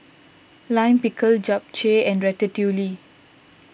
Lime Pickle Japchae and Ratatouille